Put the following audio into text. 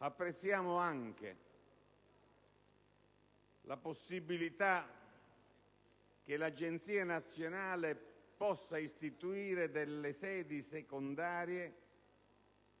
Apprezziamo altresì la possibilità che l'Agenzia nazionale possa istituire delle sedi secondarie